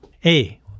hey